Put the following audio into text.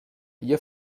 ihr